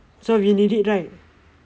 so we need it right